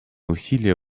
усилия